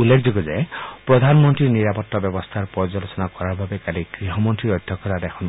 উল্লেখযোগ্য যে প্ৰধানমন্ত্ৰীৰ নিৰাপত্তা ব্যৱস্থাৰ পৰ্যালোচনা কৰাৰ বাবে কালি গৃহমন্ত্ৰীৰ অধ্যক্ষতাত এখন